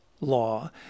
law